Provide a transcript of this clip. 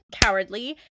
cowardly